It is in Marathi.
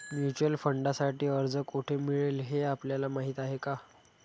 म्युच्युअल फंडांसाठी अर्ज कोठे मिळेल हे आपल्याला माहीत आहे का?